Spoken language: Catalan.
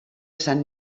sant